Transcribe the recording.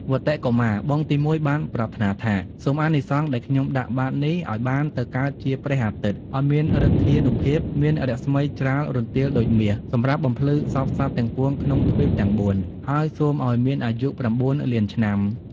វត្តិ កុមារ (បងទីមួយ) បានប្រាថ្នាថា "សូមអានិសង្សដែលខ្ញុំដាក់បាត្រនេះ ឱ្យបានទៅកើតជា ព្រះអាទិត្យ ឱ្យមានឫទ្ធានុភាព មានរស្មីច្រាលរន្ទាលដូចមាស សម្រាប់បំភ្លឺសព្វសត្វទាំងពួងក្នុងទ្វីបទាំង ៤ ហើយសូមឱ្យមានអាយុ ៩ លានឆ្នាំ"។